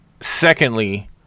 secondly